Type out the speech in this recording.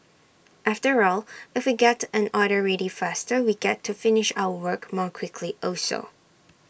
after all if we get an order ready faster we get to finish our work more quickly also